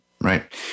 right